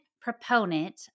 proponent